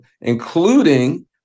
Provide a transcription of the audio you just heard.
including